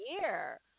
year